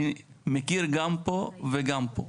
אני מכיר גם פה וגם פה.